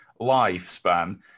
lifespan